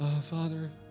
Father